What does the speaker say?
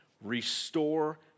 Restore